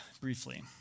briefly